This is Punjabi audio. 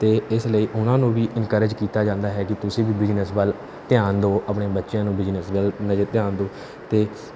ਅਤੇ ਇਸ ਲਈ ਉਹਨਾਂ ਨੂੰ ਵੀ ਇਨਕਰੇਜ ਕੀਤਾ ਜਾਂਦਾ ਹੈ ਕਿ ਤੁਸੀਂ ਵੀ ਬਿਜ਼ਨਸ ਵੱਲ ਧਿਆਨ ਦਿਉ ਆਪਣੇ ਬੱਚਿਆਂ ਨੂੰ ਬਿਜਨਸ ਗਲਤ ਨਜ਼ਰ ਧਿਆਨ ਦਿਉ ਅਤੇ